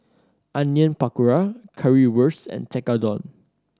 Onion Pakora Currywurst and Tekkadon